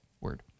word